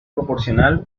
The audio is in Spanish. proporcional